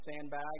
sandbag